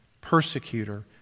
persecutor